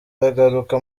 agaruka